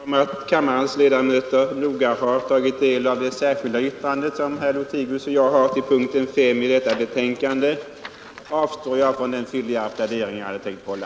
Herr talman! Då jag är övertygad om att kammarens ledamöter noggrant har tagit del av det särskilda yttrande som herr Lothigius och jag har vid p. 5 i detta betänkande, avstår jag från den fylliga plädering jag hade tänkt hålla.